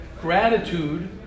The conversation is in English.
gratitude